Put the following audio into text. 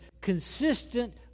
consistent